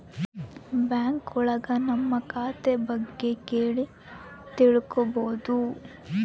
bank ಒಳಗ ನಮ್ ಖಾತೆ ಬಗ್ಗೆ ಕೇಳಿ ತಿಳ್ಕೋಬೋದು